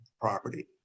property